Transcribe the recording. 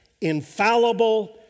infallible